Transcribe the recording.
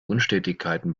unstetigkeiten